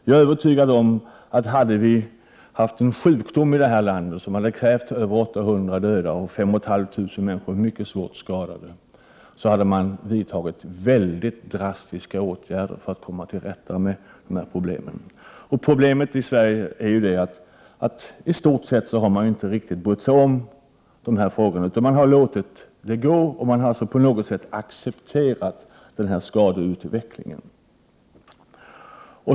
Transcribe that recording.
Jag är övertygad om att om vi hade haft en sjukdom i landet som krävt över 800 döda och 5 500 mycket svårt skadade årligen, så hade man vidtagit mycket drastiska åtgärder för att komma till rätta med de problemen. Problemet i Sverige är att man i stort sett inte riktigt har brytt sig om dessa frågor, utan man har låtit det gå och på något sätt accepterat denna skadeutveckling.